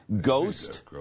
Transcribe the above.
Ghost